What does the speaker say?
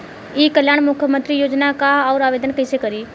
ई कल्याण मुख्यमंत्री योजना का है और आवेदन कईसे करी?